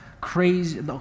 crazy